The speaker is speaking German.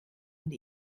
und